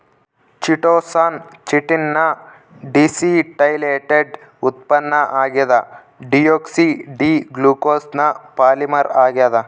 chitosan chitin ನ deacetylated ಉತ್ಪನ್ನ ಆಗ್ಯದ ಡಿಯೋಕ್ಸಿ ಡಿ ಗ್ಲೂಕೋಸ್ನ ಪಾಲಿಮರ್ ಆಗ್ಯಾದ